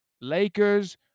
Lakers